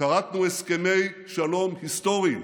כרתנו הסכמי שלום היסטוריים,